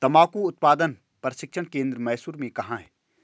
तंबाकू उत्पादन प्रशिक्षण केंद्र मैसूर में कहाँ है?